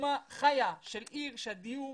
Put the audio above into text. דוגמה חיה של עיר בה הדיור